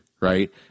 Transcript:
right